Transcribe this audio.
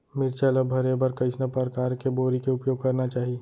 मिरचा ला भरे बर कइसना परकार के बोरी के उपयोग करना चाही?